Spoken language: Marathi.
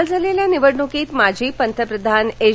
काल झालेल्या निवडणुकीत माजी पंतप्रधान एच